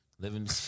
living